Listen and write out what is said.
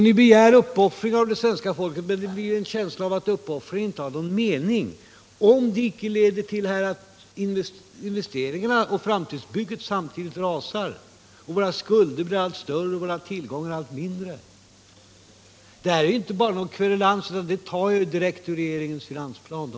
Ni begär uppoffringar av svenska folket, men man haren känsla av att det inte är någon mening med dem om de bara leder till att investeringarna och framtidsbygget samtidigt rasar samt våra skulder blir allt större och våra tillgångar allt mindre. Jag säger inte detta för att kverulera, utan mina siffror är hämtade direkt ur regeringens finansplan.